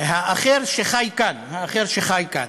האחר שחי כאן, האחר שחי כאן.